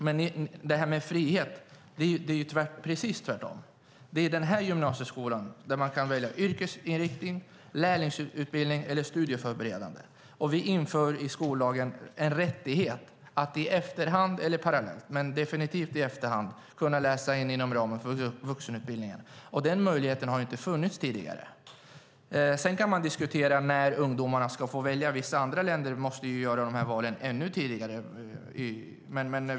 Med friheten är det precis tvärtom, för det är i den här gymnasieskolan man kan välja yrkesinriktning, lärlingsutbildning eller studieförberedande program. I skollagen inför vi en rättighet att i efterhand - eller parallellt men definitivt i efterhand - kunna läsa in inom ramen för vuxenutbildningen. Den möjligheten har inte funnits tidigare. Man kan diskutera när ungdomarna ska få välja. I vissa länder måste ungdomarna göra de här valen ännu tidigare.